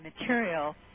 material